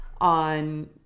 on